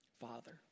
father